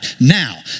Now